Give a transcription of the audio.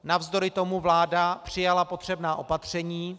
Navzdory tomu vláda přijala potřebná opatření.